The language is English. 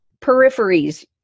peripheries